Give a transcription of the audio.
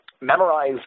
memorize